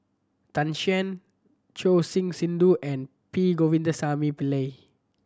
Tan Shen Choor Singh Sidhu and P Govindasamy Pillai